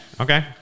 okay